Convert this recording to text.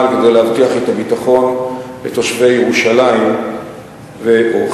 כדי להבטיח את הביטחון לתושבי ירושלים ואורחיה.